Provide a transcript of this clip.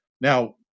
Now